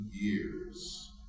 years